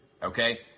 Okay